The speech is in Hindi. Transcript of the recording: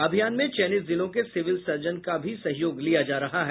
अभियान में चयनित जिलों के सिविल सर्जन का सहयोग लिया जा रहा है